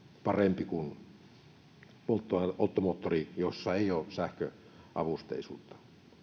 parempi kuin polttomoottori jossa ei ole sähköavusteisuutta